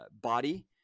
body